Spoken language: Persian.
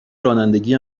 رانندگی